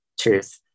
Truth